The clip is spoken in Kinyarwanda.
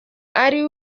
ari